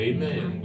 Amen